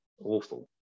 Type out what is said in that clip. awful